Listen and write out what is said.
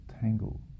tangle